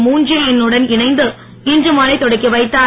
ழன் தே இன் னுடன் இணைந்து இன்று மாலை தொடக்கி வைத்தார்